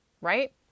right